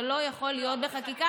זה לא יכול להיות בחקיקה.